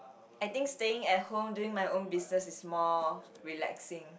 I think staying at home doing my own business is more relaxing